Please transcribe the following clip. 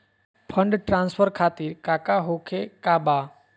Fund transfer खातिर काका होखे का बा?